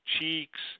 cheeks